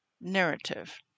narrative